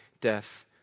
death